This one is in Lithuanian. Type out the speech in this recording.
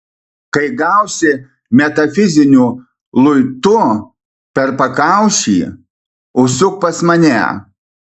kai gausi metafiziniu luitu per pakaušį užsuk pas mane